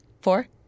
Four